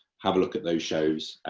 have a look at those shows,